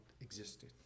existed